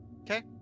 Okay